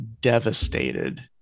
devastated